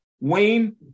Wayne